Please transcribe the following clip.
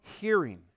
hearing